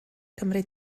gymryd